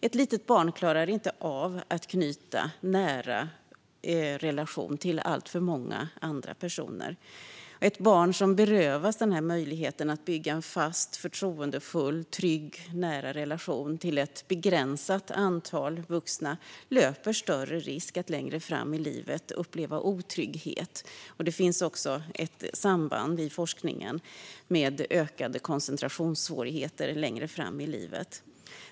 Ett litet barn klarar inte av att knyta en nära relation till alltför många andra personer. Ett barn som berövas möjligheten till att bygga en fast, förtroendefull, trygg och nära relation till ett begränsat antal vuxna löper större risk att längre fram i livet uppleva otrygghet. Forskningen visar också ett samband med ökade koncentrationssvårigheter längre fram i livet.